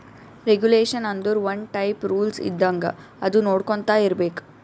regulation ಆಂದುರ್ ಒಂದ್ type rules ಇದ್ದಂಗ ಅದು ನೊಡ್ಕೊಂತಾ ಇರ್ಬೇಕ್